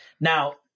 Now